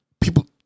people